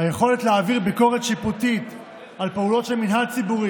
היכולת להעביר ביקורת שיפוטית על פעולות של מינהל ציבורי